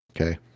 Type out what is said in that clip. Okay